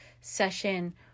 session